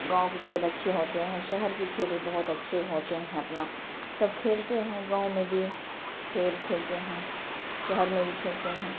گاؤں کے کھیل اچھے ہوتے ہیں شہر کے کھیل بھی بہت اچھے ہوتے ہیں اپنا سب کھیلتے ہیں گاؤں میں بھی کھیل کھیلتے ہیں شہر میں بھی کھیلتے ہیں